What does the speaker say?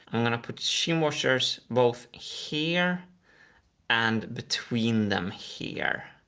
i'm gonna put shim washers both here and between them, here.